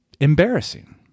embarrassing